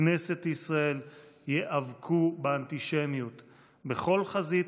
וכנסת ישראל ייאבקו באנטישמיות בכל חזית,